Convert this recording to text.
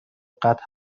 قطع